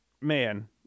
man